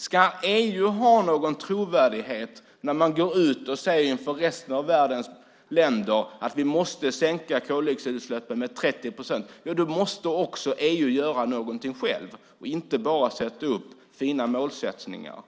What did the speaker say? Ska EU ha någon trovärdighet när EU går ut och säger inför resten av världens länder att vi måste sänka koldioxidutsläppen med 30 procent måste EU också göra någonting själv. Man kan inte bara sätta upp fina målsättningar.